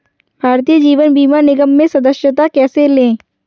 भारतीय जीवन बीमा निगम में सदस्यता कैसे लें?